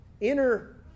inner